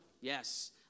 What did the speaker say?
yes